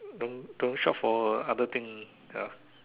don't don't shop for other thing ya